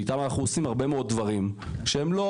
שאיתם אנחנו עושים כל מיני דברים שהם לא,